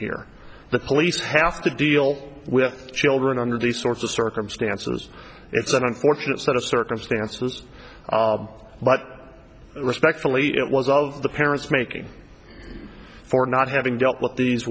here the police have to deal with children under these sorts of circumstances it's an unfortunate set of circumstances but respectfully it was out of the parents making for not having dealt with these